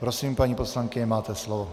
Prosím, paní poslankyně, máte slovo.